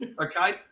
Okay